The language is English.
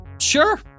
sure